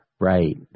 Right